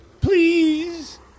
please